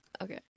Okay